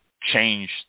change